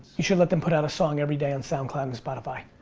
you should let them put out a song everyday on soundcloud and spotify.